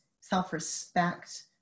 self-respect